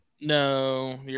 No